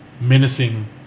menacing